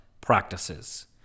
practices